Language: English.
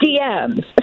DMs